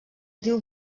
diu